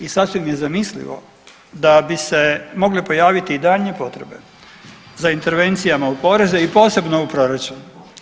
I sasvim je zamislivo da bi se mogle pojaviti i daljnje potrebe za intervencijama u poreze i posebno u proračun.